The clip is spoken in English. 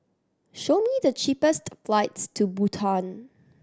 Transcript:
show me the cheapest flights to Bhutan